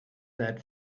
that